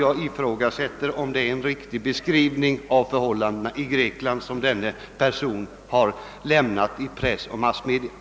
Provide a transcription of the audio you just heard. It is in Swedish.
Jag ifrågasätter om det är en riktig beskrivning av förhållandena i Grekland som denna person lämnat till press och övriga massmedier.